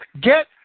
get